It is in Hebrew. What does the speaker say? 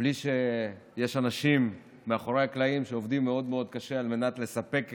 בלי שיש אנשים מאחורי הקלעים שעובדים מאוד מאוד קשה על מנת לספק את